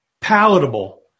palatable